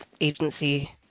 agency